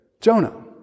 Jonah